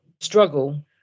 struggle